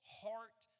heart